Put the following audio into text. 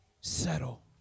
Settle